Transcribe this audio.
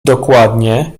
dokładnie